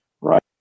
right